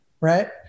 right